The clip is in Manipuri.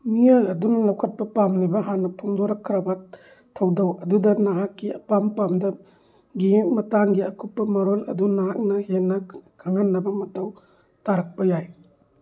ꯃꯤꯑꯣꯏ ꯑꯗꯨꯅ ꯂꯧꯈꯠꯄ ꯄꯥꯝꯂꯤꯕ ꯍꯥꯟꯅ ꯐꯣꯡꯗꯣꯔꯛꯈ꯭ꯔꯕ ꯊꯧꯗꯧ ꯑꯗꯨꯗ ꯅꯍꯥꯛꯀꯤ ꯑꯄꯥꯝ ꯄꯥꯝꯗꯒꯤ ꯃꯇꯥꯡꯒꯤ ꯑꯀꯨꯞꯄ ꯃꯔꯣꯜ ꯑꯗꯨ ꯅꯍꯥꯛꯅ ꯍꯦꯟꯅ ꯈꯪꯍꯟꯅꯕ ꯃꯊꯧ ꯇꯥꯔꯛꯄ ꯌꯥꯏ